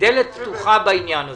דלת פתוחה בעניין הזה.